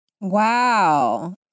Wow